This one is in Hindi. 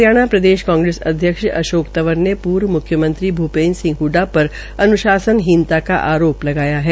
हरियाणा प्रदेश कांग्रेस अध्यक्ष अशोक तंवर ने पूर्व म्ख्यमंत्री भूपेन्द्र सिंह हडडा पर अन्शासनहीनता का आरोप लगाया है